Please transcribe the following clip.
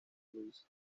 luis